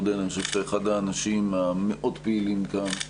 אני חושב שאחד האנשים המאוד פעילים כאן.